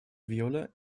viola